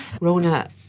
Rona